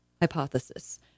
hypothesis